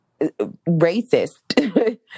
racist